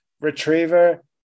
Retriever